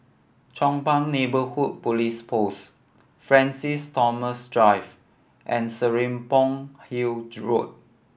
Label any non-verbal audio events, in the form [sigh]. Chong Pang Neighbourhood Police Post Francis Thomas Drive and Serapong Hill [unintelligible] Road